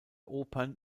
opern